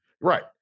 Right